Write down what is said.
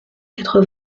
quatre